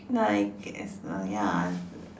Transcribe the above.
like it's a ya